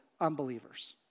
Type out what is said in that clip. unbelievers